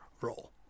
role